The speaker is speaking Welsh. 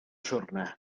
siwrne